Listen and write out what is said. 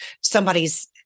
somebody's